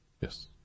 Yes